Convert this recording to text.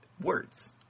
words